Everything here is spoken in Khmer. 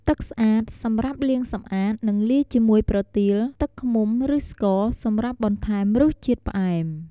ទឹកស្អាតសម្រាប់លាងសម្អាត និងលាយជាមួយប្រទាល, ទឹកឃ្មុំ ឬស្ករ សម្រាប់បន្ថែមរសជាតិផ្អែម។